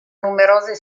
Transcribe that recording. numerose